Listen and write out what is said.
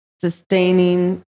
sustaining